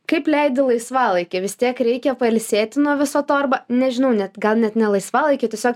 kaip leidi laisvalaikį vis tiek reikia pailsėti nuo viso to arba nežinau net gal net ne laisvalaikį tiesiog